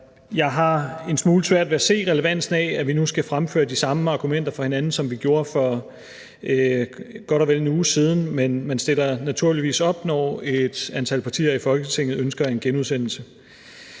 jeg har en smule svært ved at se relevansen af, at vi nu skal fremføre de samme argumenter for hinanden, som vi gjorde for godt og vel en uge siden, men jeg stiller naturligvis op, når et antal partier i Folketinget ønsker en genudsendelse.